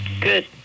Good